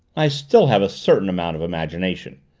i still have a certain amount of imagination!